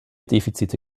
defizite